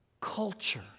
culture